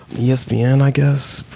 yeah espn, yeah and i guess,